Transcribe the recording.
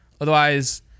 Otherwise